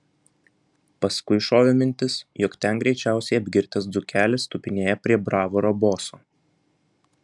paskui šovė mintis jog ten greičiausiai apgirtęs dzūkelis tupinėja prie bravoro boso